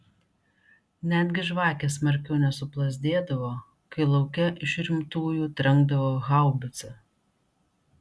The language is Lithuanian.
netgi žvakės smarkiau nesuplazdėdavo kai lauke iš rimtųjų trenkdavo haubica